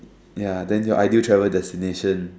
ya then your ideal travel destination